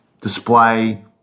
display